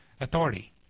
authority